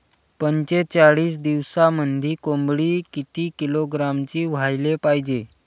पंचेचाळीस दिवसामंदी कोंबडी किती किलोग्रॅमची व्हायले पाहीजे?